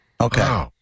Okay